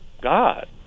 God